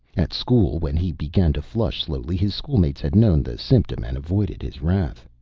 at school, when he began to flush slowly his schoolmates had known the symptom and avoided his wrath.